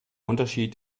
unterschied